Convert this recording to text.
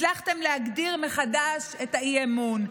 הצלחתם להגדיר מחדש את האי-אמון.